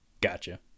Gotcha